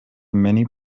many